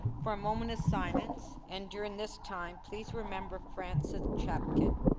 for a moment silence and during this time please remember francis chapkin.